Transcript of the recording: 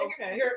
okay